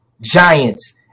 Giants